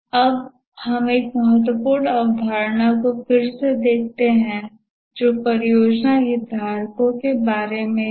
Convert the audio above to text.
अब हम एक महत्वपूर्ण अवधारणा को फिर से देखते हैं जो परियोजना हितधारकों के बारे में है